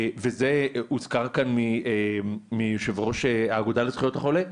כפי שהוזכר כאן על ידי יושב ראש האגודה לזכויות החולה,